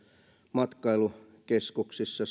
matkailukeskuksissa